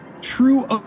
true